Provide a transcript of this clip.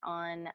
on